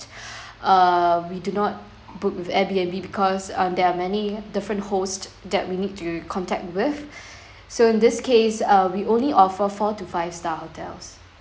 uh we do not book with air_B_N_B because uh there are many different host that we need to contact with so in this case uh we only offer four to five star hotels